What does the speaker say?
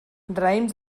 raïms